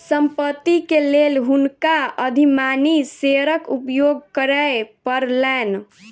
संपत्ति के लेल हुनका अधिमानी शेयरक उपयोग करय पड़लैन